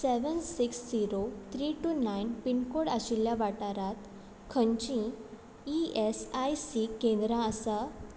seven six zero three two nine PIN code आशिल्ल्या वाठारांत खंयचीय ई एस आय सी केंद्रां आसा